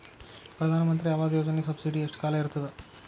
ಪ್ರಧಾನ ಮಂತ್ರಿ ಆವಾಸ್ ಯೋಜನಿ ಸಬ್ಸಿಡಿ ಎಷ್ಟ ಕಾಲ ಇರ್ತದ?